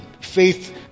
faith